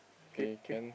okay K